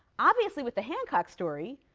obviously, with the hancock story,